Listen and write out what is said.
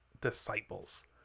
Disciples